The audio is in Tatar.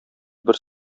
бер